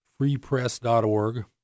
freepress.org